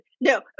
No